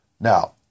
Now